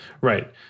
Right